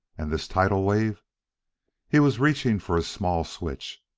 and this tidal wave he was reaching for a small switch.